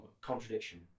Contradiction